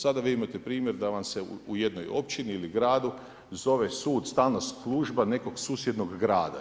Sada vi imate primjer da vam se u jednoj općini ili gradu zove sud stalna služba nekog susjednog grada.